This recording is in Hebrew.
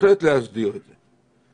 בהחלט ולהסדיר את זה.